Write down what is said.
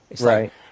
Right